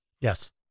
Yes